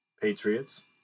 Patriots